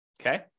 Okay